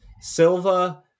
Silva